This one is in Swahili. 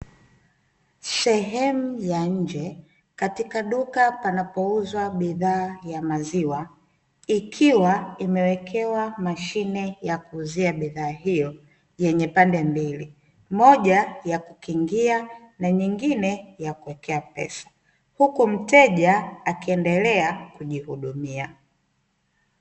Sehemu ya nje katika duka panapouzwa bidhaa ya maziwa ikiwa imewekewa mashine ya kuuzia bidhaa hiyo yenye pande mbili, moja ya kukingia na nyingine ya kuwekea pesa huku mteja akiendelea kujihudumia.